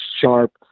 sharp